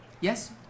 yes